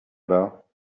bas